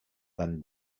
than